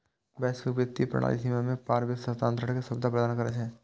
वैश्विक वित्तीय प्रणाली सीमा के पार वित्त हस्तांतरण के सुविधा प्रदान करै छै